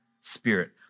spirit